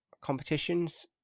competitions